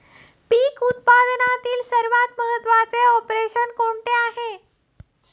पीक उत्पादनातील सर्वात महत्त्वाचे ऑपरेशन कोणते आहे?